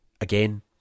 Again